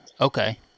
Okay